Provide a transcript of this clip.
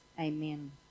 Amen